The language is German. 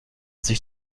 sich